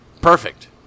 Perfect